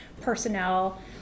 personnel